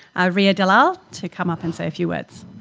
ah riya dalal, to come up and say a few words.